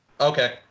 okay